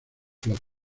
plaza